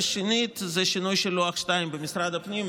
והשני הוא שינוי של לוח 2 במשרד הפנים,